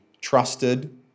trusted